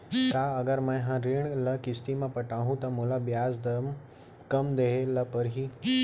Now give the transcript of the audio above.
का अगर मैं हा ऋण ल किस्ती म पटाहूँ त मोला ब्याज कम देहे ल परही?